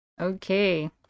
Okay